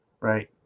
right